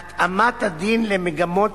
להתאמת הדין למגמות